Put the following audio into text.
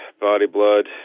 body-blood